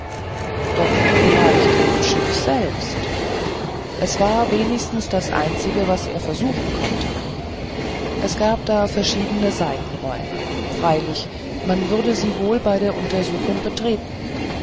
doch vielleicht im schiff selbst es war wenigstens das einzige was er versuchen konnte es gab da verschiedene seitenräume freilich man würde sie wohl bei der untersuchung betreten